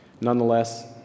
Nonetheless